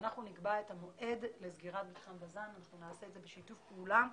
שאנחנו נקבע את המועד לסגירת מפעל בז"ן ונעשה זאת בשיתוף פעולה.